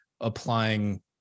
applying